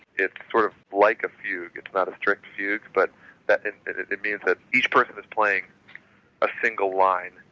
it's sort of like a fugue. it's not a strict fugue but and but it it means that each person is playing a single line,